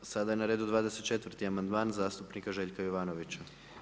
Sada je na redu 24 amandman zastupnika Željka Jovanovića.